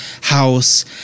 house